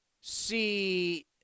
see